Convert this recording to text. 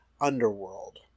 underworld